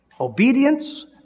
obedience